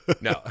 No